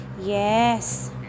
yes